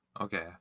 Okay